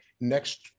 next